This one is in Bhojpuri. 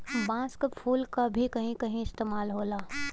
बांस क फुल क भी कहीं कहीं इस्तेमाल होला